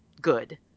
good